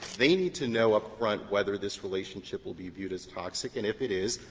they need to know upfront whether this relationship will be viewed as toxic, and if it is,